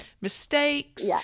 mistakes